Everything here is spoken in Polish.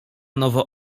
nowo